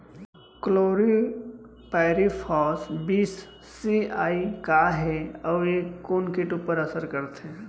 Chlorpyrifos बीस CE का हे अऊ ए कोन किट ऊपर असर करथे?